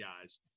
guys